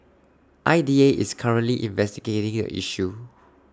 I D A is currently investigating A issue